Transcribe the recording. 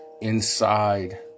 inside